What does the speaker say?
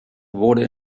wurde